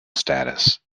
status